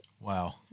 Wow